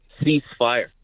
ceasefire